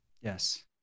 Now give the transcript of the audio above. Yes